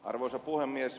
arvoisa puhemies